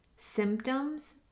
symptoms